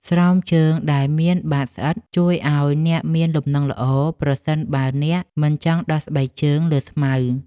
ស្រោមជើងដែលមានបាតស្អិត ជួយឱ្យអ្នកមានលំនឹងល្អប្រសិនបើអ្នកមិនចង់ដោះស្បែកជើងលើស្មៅ។